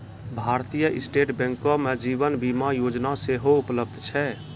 भारतीय स्टेट बैंको मे जीवन बीमा योजना सेहो उपलब्ध छै